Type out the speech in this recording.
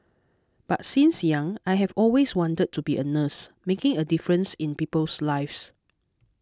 but since young I have always wanted to be a nurse making a difference in people's lives